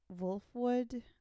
Wolfwood